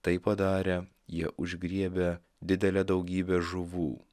tai padarę jie užgriebė didelę daugybę žuvų